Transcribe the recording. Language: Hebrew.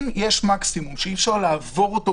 אם יש מקסימום שאי אפשר לעבור אותו,